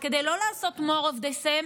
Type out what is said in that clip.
תקציב שבמשמרת שלי היה 12 מיליארד שקלים,